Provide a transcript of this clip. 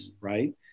right